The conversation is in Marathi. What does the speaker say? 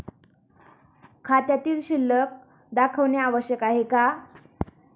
खात्यातील शिल्लक दाखवणे आवश्यक आहे का?